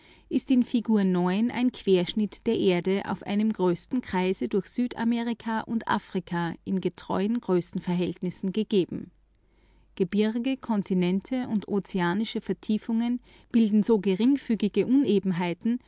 ist in figur einschnitt der erde auf einem größten kreise durch südamerika und afrika in getreuen größenverhältnissen gegeben gebirge kontinente und ozeanische vertiefungen bilden so geringfügige